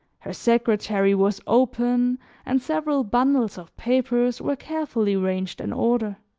her secretary was open and several bundles of papers were carefully ranged in order.